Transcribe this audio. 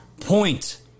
point